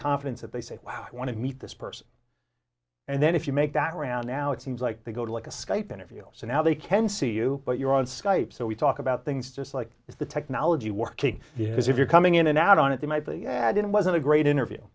confidence that they say wow i want to meet this person and then if you make that around now it seems like they go to like a skype interview so now they can see you but you're on skype so we talk about things just like the technology working is if you're coming in and out on it they might be added it wasn't a great interview